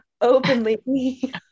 openly